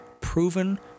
proven